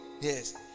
Yes